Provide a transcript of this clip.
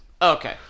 Okay